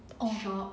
orh